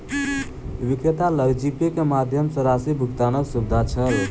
विक्रेता लग जीपे के माध्यम सॅ राशि भुगतानक सुविधा छल